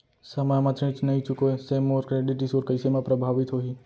समय म ऋण नई चुकोय से मोर क्रेडिट स्कोर कइसे म प्रभावित होही?